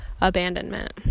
abandonment